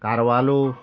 Carvalho